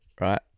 Right